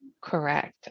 Correct